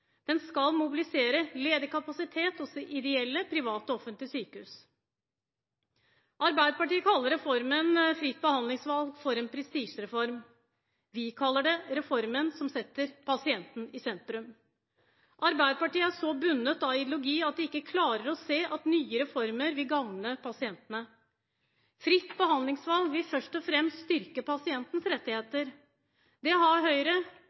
Den skal mobilisere ledig kapasitet hos ideelle, private og offentlige sykehus. Arbeiderpartiet kaller reformen for fritt behandlingsvalg for en prestisjereform. Vi kaller det reformen som setter pasienten i sentrum. Arbeiderpartiet er så bundet av ideologi at de ikke klarer å se at nye reformer vil gagne pasientene. Fritt behandlingsvalg vil først og fremst styrke pasientens rettigheter. Det har Høyre,